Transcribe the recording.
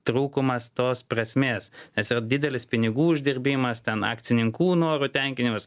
trūkumas tos prasmės nes yra didelis pinigų uždirbimas ten akcininkų norų tenkinimas